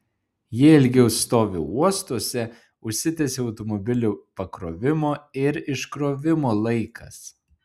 jie ilgiau stovi uostuose užsitęsia automobilių pakrovimo ir iškrovimo laikas